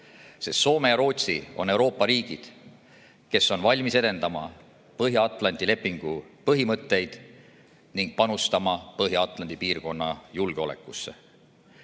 sest Soome ja Rootsi on Euroopa riigid, kes on valmis edendama Põhja-Atlandi lepingu põhimõtteid ning panustama Põhja-Atlandi piirkonna julgeolekusse.